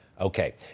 Okay